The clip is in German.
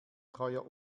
treuer